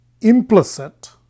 implicit